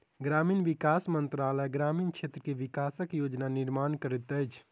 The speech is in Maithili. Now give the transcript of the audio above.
ग्रामीण विकास मंत्रालय ग्रामीण क्षेत्र के विकासक योजना निर्माण करैत अछि